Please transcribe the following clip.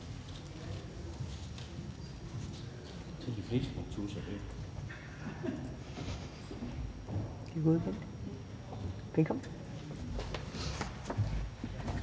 det er godt.